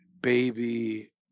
baby